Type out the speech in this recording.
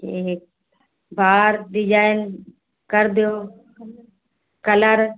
ठीक बाल डिजाइन कर दो कलर